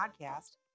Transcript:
podcast